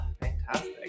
fantastic